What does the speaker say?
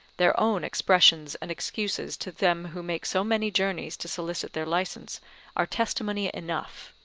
their own expressions and excuses to them who make so many journeys to solicit their licence are testimony enough.